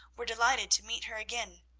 were delighted to meet her again.